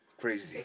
Crazy